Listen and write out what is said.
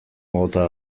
mota